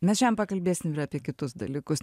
mes šiandien pakalbėsim ir apie kitus dalykus